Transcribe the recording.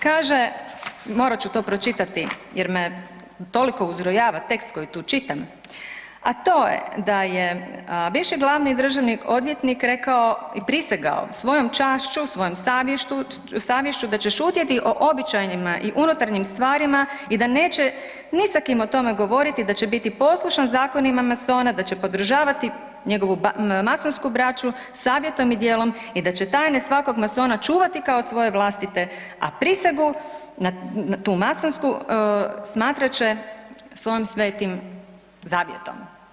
Kaže, morat ću to pročitati jer me toliko uzrujava tekst koji tu čitam, a to je da je bivši glavni državni odvjetnik rekao i prisegao svojom čašću, svojom savješću da će šutjeti o običajnima i unutarnjim stvarima i da neće ni sa kime o tome govoriti i da će biti poslušan zakonima masona, da će podržavati njegovu masonsku braću savjetom i djelom i da će tajne svakog masona čuvati kao svoje vlastite, a prisegu tu masonsku smatrat će svojim svetim zavjetom.